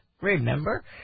Remember